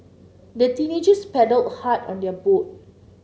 the teenagers paddled hard on their boat